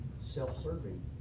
self-serving